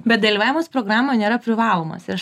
bet dalyvavimas programoj nėra privalomas ir aš